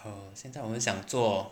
err 现在我是想做